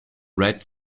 red